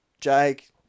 Jake